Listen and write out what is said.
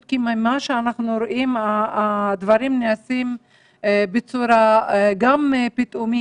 כי ממה שאנחנו רואים הדברים נעשים בצורה פתאומית,